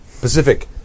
Pacific